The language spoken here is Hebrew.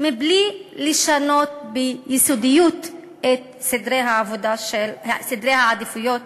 מבלי לשנות ביסודיות את סדרי העדיפויות